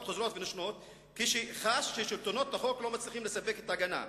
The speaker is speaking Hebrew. חוזרות ונשנות כשחש ששלטונות החוק לא מצליחים לספק את ההגנה".